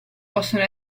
possono